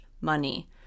money